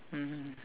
mmhmm